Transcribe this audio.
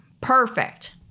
Perfect